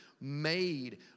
made